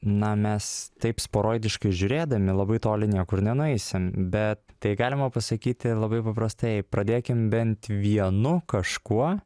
na mes taip sporoidiškai žiūrėdami labai toli niekur nenueisim bet tai galima pasakyti labai paprastai pradėkim bent vienu kažkuo